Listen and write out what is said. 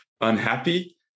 unhappy